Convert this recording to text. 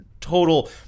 total